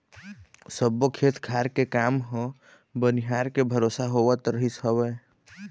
सब्बो खेत खार के काम ह बनिहार के भरोसा होवत रहिस हवय